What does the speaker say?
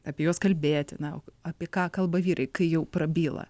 apie juos kalbėti na apie ką kalba vyrai kai jau prabyla